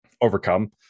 overcome